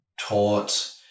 taught